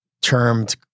termed